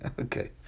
Okay